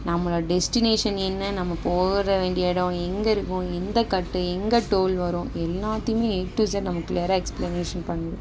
நம்ம டெஸ்டினேஷன் என்ன நம்ம போகிற வேண்டிய இடம் எங்கே இருக்கும் எந்த கட்டு எங்கே டோல் வரும் எல்லாத்தியும் ஏ டூ இஸட் நமக்கு க்ளியராக எக்ஸ்ப்ளனேஷன் பண்ணுது